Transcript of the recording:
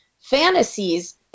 fantasies